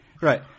Right